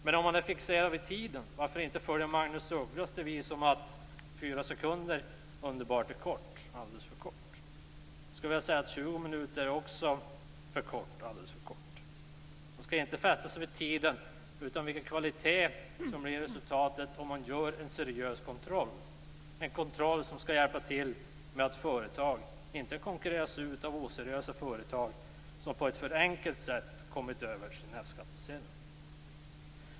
Men om man nu skall se över tiden, varför inte följa Magnus Ugglas devis om 4 sekunder, att underbart är kort, alldeles för kort? Jag skulle vilja säga att också 20 minuter är för kort, alldeles för kort. Man skall inte fästa sig vid tiden, utan vid vilken kvalitet som blir resultatet om man gör en seriös kontroll, en kontroll som skall se till att företag inte konkurreras ut av oseriösa företag, som på ett för enkelt sätt kommit över sin F-skattsedel.